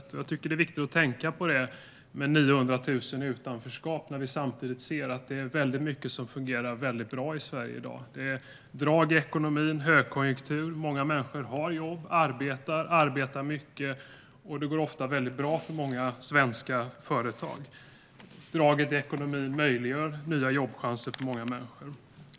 Jag tycker att det är viktigt att tänka på att det är 900 000 i utanförskap samtidigt som vi ser att det är mycket som fungerar väldigt bra i Sverige i dag. Det är drag i ekonomin. Det är högkonjunktur. Många människor har jobb och arbetar mycket. Det går väldigt bra för många svenska företag. Draget i ekonomin möjliggör nya jobbchanser för många människor.